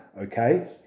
okay